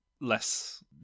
less